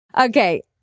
Okay